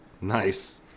Nice